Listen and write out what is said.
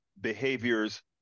behaviors